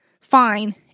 fine